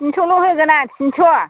थिनस'ल' होगोन आं थिनस'